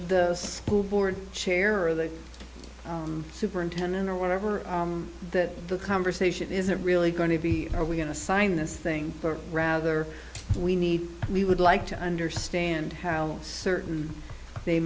the school board chair or the superintendent or whatever that the conversation isn't really going to be are we going to sign this thing or rather we need we would like to understand how certain they